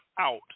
out